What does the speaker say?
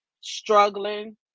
struggling